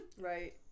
Right